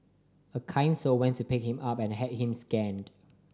a kind soul went to pick him up and had him scanned